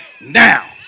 now